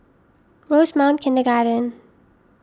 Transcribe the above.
Rosemount Kindergarten